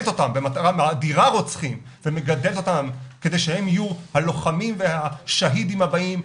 שמאדירה רוצחים ומגדלת אותם כדי שהם יהיו הלוחמים והשהידים הבאים,